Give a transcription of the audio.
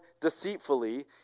deceitfully